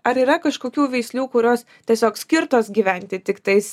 ar yra kažkokių veislių kurios tiesiog skirtos gyventi tiktais